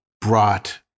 brought